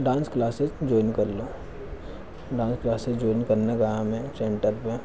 dance classes join कर लो dance classes join करने गया मैं सेंटर पे